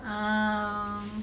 um